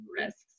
risks